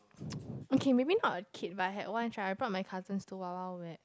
okay maybe not a kid but I had one child I brought my cousins to Wild-Wild-Wet